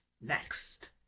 next